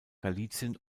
galizien